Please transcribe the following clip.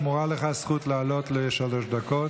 שמורה לך הזכות לעלות לשלוש דקות,